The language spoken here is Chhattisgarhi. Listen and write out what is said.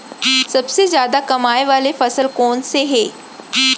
सबसे जादा कमाए वाले फसल कोन से हे?